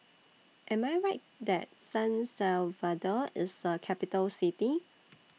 Am I Right that San Salvador IS A Capital City